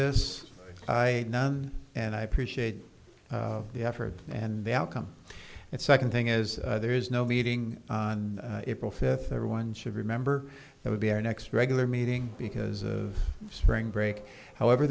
this and i appreciate the effort and the outcome and second thing is there is no meeting on april fifth everyone should remember it would be our next regular meeting because spring break however